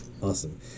awesome